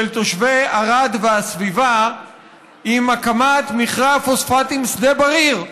תושבי ערד והסביבה עם הקמת מכרה הפוספטים שדה בריר.